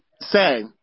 Say